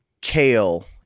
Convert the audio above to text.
kale